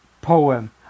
poem